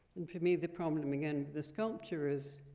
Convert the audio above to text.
and for me, the problem, again, the sculpture is,